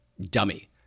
dummy